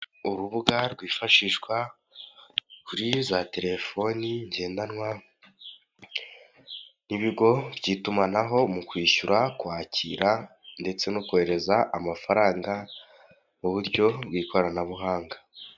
Urubuga rwifashishwa, kuri za telefoni ngendanwa, n'ibigo by'itumanaho, mu kwishyura, kwakira, ndetse no kohereza, amafaranga mu buryo bw'ikoranabuhanga.